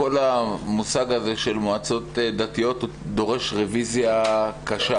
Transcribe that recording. כל המושג הזה של מועצות דתיות דרוש רביזיה קשה.